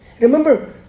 Remember